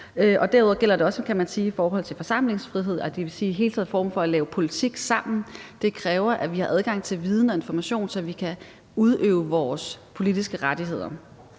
Derudover gælder det, kan man også sige, i forhold til forsamlingsfriheden og i det hele taget også i forhold til det at lave politik sammen, hvor det også kræver, at vi har adgang til viden og information, så vi kan udøve vores politiske rettigheder.